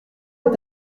est